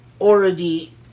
already